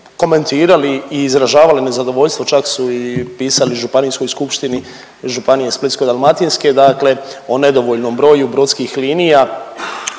komentirali i izražavali nezadovoljstvo. Čak su i pisali Županijskoj skupštini Županije splitsko-dalmatinske, dakle o nedovoljnom broju brodskih linija